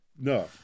No